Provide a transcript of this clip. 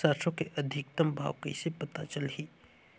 सरसो के अधिकतम भाव कइसे पता चलही?